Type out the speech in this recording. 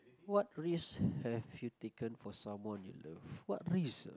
what risk have you taken for someone you love what risk ah